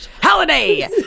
Halliday